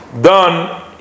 done